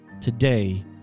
today